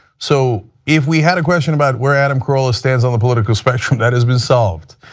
so, if we had a question about where adam corolla stands on the political spectrum, that's been solved.